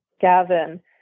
Gavin